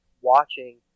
watching